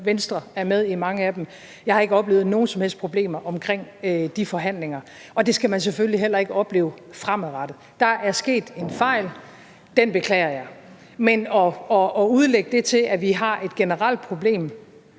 Venstre er med i mange af dem. Jeg har ikke oplevet nogen som helst problemer omkring de forhandlinger, og det skal man selvfølgelig heller ikke opleve fremadrettet. Der er sket en fejl, den beklager jeg. Men at udlægge det, som om vi har et generelt problem